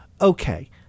Okay